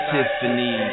Tiffany